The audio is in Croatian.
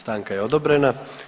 Stanka je odobrena.